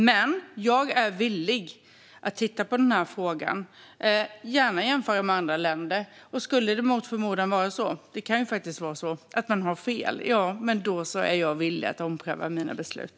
Men jag är villig att titta på den här frågan och jämför gärna med andra länder. Skulle det mot förmodan vara så att jag har fel - det kan ju faktiskt vara så att man har fel - är jag villig att ompröva mina beslut.